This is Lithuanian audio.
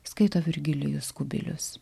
skaito virgilijus kubilius